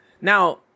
Now